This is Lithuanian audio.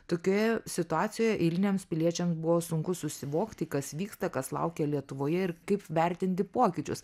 tokioje situacijoje eiliniams piliečiams buvo sunku susivokti kas vyksta kas laukia lietuvoje ir kaip vertinti pokyčius